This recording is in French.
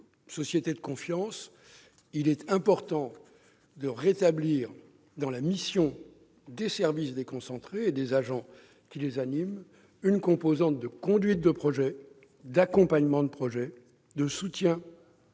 société de confiance, il est important de rétablir dans la mission des services déconcentrés et des agents qui les animent une composante « conduite et accompagnement de projets », de soutien